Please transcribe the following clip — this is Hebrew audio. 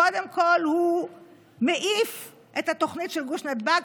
קודם כול הוא מעיף את התוכנית של גוש נתב"ג